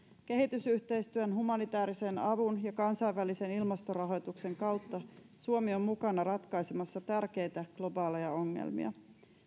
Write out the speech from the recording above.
kehitysyhteistyön humanitaarisen avun ja kansainvälisen ilmastorahoituksen kautta suomi on mukana ratkaisemassa tärkeitä globaaleja ongelmia